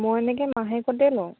মই এনেকে মাহেকতে লওঁ